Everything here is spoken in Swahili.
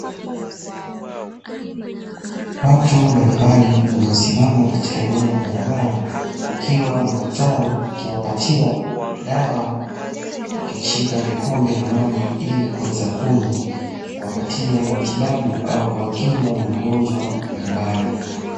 Watu mbalimbali wamesimama katika eneo la barabara kukiwa na daktari akiwapatiwa dawa, wakishika vikombe na maji ili kuweza kunywa kuwapatia matibabu au kuwakinga na magonjwa mbalimbali.